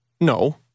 No